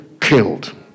killed